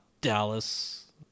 Dallas